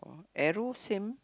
arrow same